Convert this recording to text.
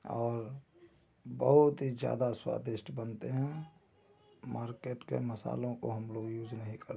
और बहुत ही ज्यादा स्वादिष्ट बनते हैं मार्केट के मसालों का हम लोग यूज नहीं करते हैं